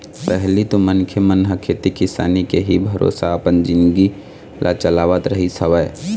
पहिली तो मनखे मन ह खेती किसानी के ही भरोसा अपन जिनगी ल चलावत रहिस हवय